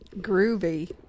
Groovy